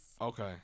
Okay